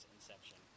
Inception